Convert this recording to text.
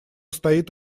стоит